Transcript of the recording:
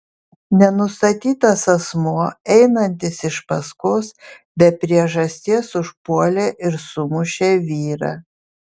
nenustatytas asmuo einantis iš paskos be priežasties užpuolė ir sumušė vyrą